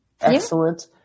Excellent